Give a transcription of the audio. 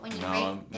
No